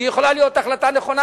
והיא יכולה להיות החלטה נכונה,